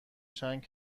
چند